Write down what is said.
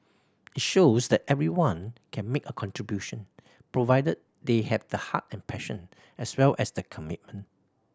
it shows that everyone can make a contribution provided they have the heart and passion as well as the commitment